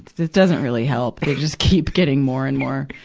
it doesn't really help they just keep getting more and more,